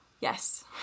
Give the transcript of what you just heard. Yes